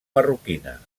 marroquina